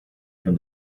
from